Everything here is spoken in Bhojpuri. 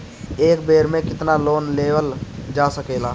एक बेर में केतना लोन लेवल जा सकेला?